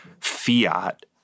fiat